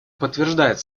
подтверждает